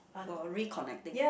for reconnecting